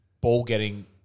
ball-getting